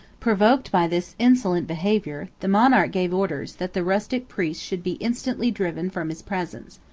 provoked by this insolent behavior, the monarch gave orders, that the rustic priest should be instantly driven from his presence.